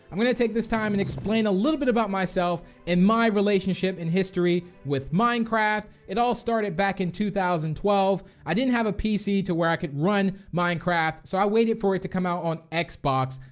i'm going to take this time and explain a little bit about myself and my relationship and history with minecraft. it all started back in two thousand and twelve. i didn't have a pc to where i could run minecraft, so i waited for it to come out on xbox.